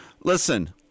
Listen